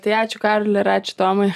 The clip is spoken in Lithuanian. tai ačiū karoli ir ačiū tomai